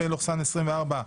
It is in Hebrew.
(פ/1456/24),